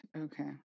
Okay